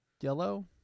yellow